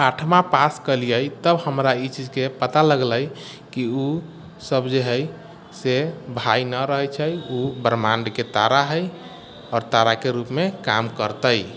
आठवाँ pass कयलियै तब हमरा ई चीजके पता लगलै कि ओ सब जे हइ से भाय नहि रहैत छै ओ ब्रम्हाण्डके तारा हइ आओर ताराके रूपमे काम करतै